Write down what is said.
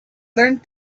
learned